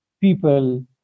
people